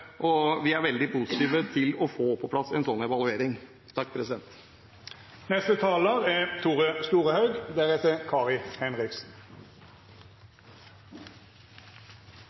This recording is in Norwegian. dette. Vi er veldig positive til å få på plass en sånn evaluering. God miljøpolitikk er